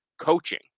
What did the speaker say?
coaching